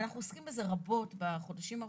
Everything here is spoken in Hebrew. ואנחנו עוסקים בזה רבות בחודשים האחרונים,